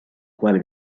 quale